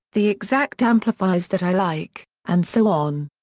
the exact amplifiers that i like, and so on.